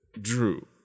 Drew